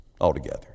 altogether